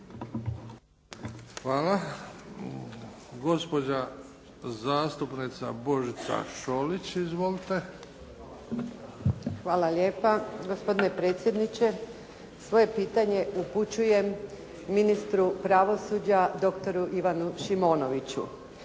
Hvala. Gospođa zastupnica Božica Šolić. Izvolite. **Šolić, Božica (HDZ)** Hvala lijepa. Gospodine predsjedniče. Svoje pitanje upućujem ministru pravosuđa doktoru Ivanu Šimonoviću.